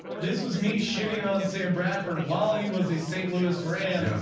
this was me shitting on sam bradford while he was a saint lewis ran. ah